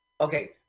Okay